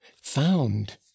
Found